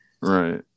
right